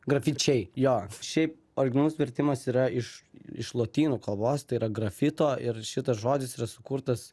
grafičiai jo šiaip originalus vertimas yra iš iš lotynų kalbos tai yra grafito ir šitas žodis yra sukurtas